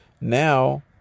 now